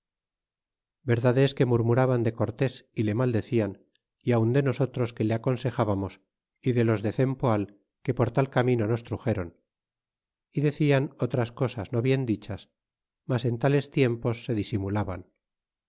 es que murmuraban de cortés y le maldecian y aun de nosotros que le aconsejábamos y de los de cempoal que por tal camino nos truxéron y decian otras cosas no bien dichas mas en tales tiempos se disimulaban